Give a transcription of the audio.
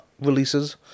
releases